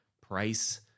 price